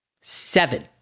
seven